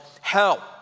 hell